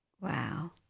Wow